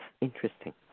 Interesting